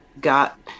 got